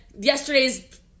yesterday's